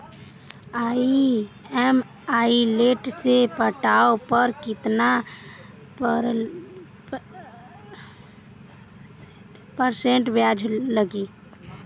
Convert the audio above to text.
EMI late से पटावे पर कितना परसेंट ब्याज लगी?